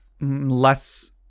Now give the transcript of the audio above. less